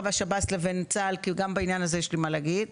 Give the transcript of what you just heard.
והשב"ס לבין צה"ל כי גם בעניין הזה יש לי מה להגיד,